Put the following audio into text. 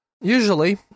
Usually